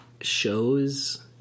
shows